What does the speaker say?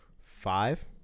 Five